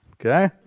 Okay